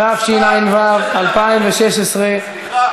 התשע"ו 2016,